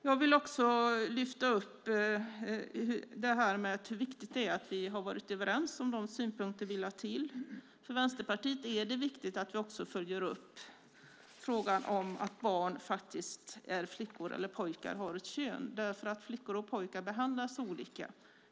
Jag vill också lyfta fram hur viktigt det är att vi har varit överens om de synpunkter vi lagt till. För Vänsterpartiet är det viktigt att vi också följer upp frågan om att flickor och pojkar behandlas olika beroende på kön.